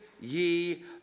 ye